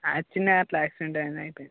చిన్నగా అట్లా యాక్సిడెంట్ అయింది అయిపోయింది